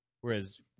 whereas